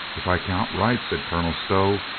if i count right, said colonel stow,